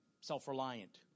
self-reliant